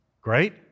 Great